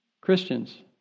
Christians